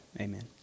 amen